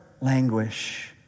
languish